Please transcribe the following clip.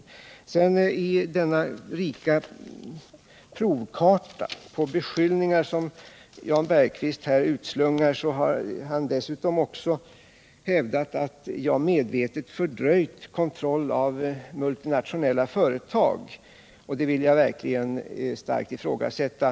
beslut att flytta I den rika provkarta på beskyllningar som Jan Bergqvist visar upp ekonomidriften från återfinns också påståendet att jag medvetet fördröjt kontroll av multi Göteborg nationella företag, vilket jag verkligen starkt vill ifrågasätta.